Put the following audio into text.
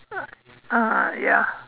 ah ya